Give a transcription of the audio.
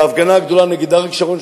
בהפגנה הגדולה נגד אריק שרון,